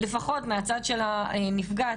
לפחות מהצד של הנפגעת,